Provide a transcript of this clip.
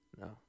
No